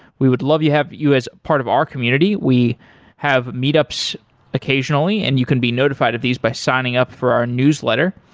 we would love to have you as part of our community. we have meet ups occasionally and you can be notified of these by signing up for our newsletter,